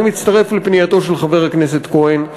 אני מצטרף לפנייתו של חבר הכנסת כהן.